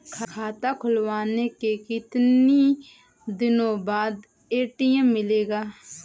खाता खुलवाने के कितनी दिनो बाद ए.टी.एम मिलेगा?